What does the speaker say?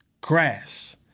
grass